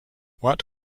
what